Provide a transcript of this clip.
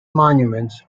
monuments